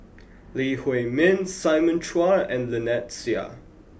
Lee Huei Min Simon Chua and Lynnette Seah